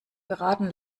beraten